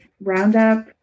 Roundup